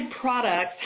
products